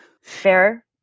Fair